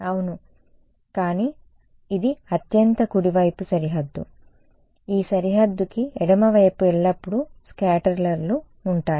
అవును కానీ ఇది అత్యంత కుడివైపు సరిహద్దు ఈ సరిహద్దుకి ఎడమవైపు ఎల్లప్పుడూ స్కాటర్ర్లు ఉంటాయి